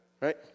right